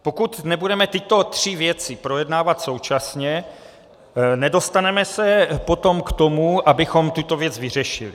Pokud nebudeme tyto tři věci projednávat současně, nedostaneme se potom k tomu, abychom tuto věc vyřešili.